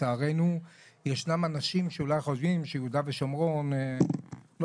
לצערנו ישנם אנשים שאולי חושבים שיהודה ושומרון לא